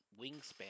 wingspan